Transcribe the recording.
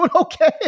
okay